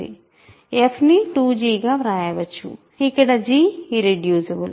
f ని 2g గా వాయవచ్చు ఇక్కడ g ఇర్రెడ్యూసిబుల్